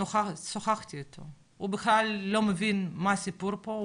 שוחחתי איתו, הוא בכלל לא מבין מה הסיפור פה.